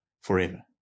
Forever